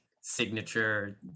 signature